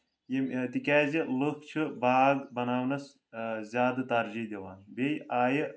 یِم تِکیازِ لٕکھ چھِ باغ بناونَس زیادٕ ترجی دِوان بیٚیہِ آیہِ